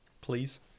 Please